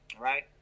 Right